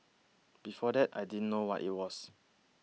before that I didn't know what it was